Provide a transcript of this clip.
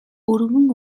өргөн